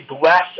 bless